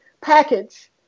package